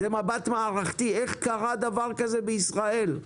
זה מבט מערכתי, איך קרה דבר כזה בישראל,